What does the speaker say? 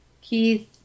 Keith